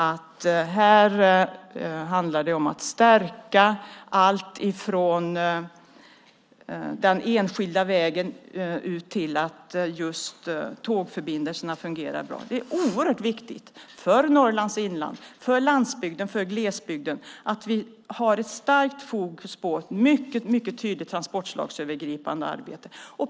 Det handlar om allt från att stärka den enskilda vägen till att se till att tågförbindelserna fungerar bra. Det är oerhört viktigt för Norrlands inland, för landsbygden och glesbygden att vi har ett starkt fokus på ett mycket tydligt transportslagsövergripande arbete.